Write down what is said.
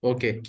Okay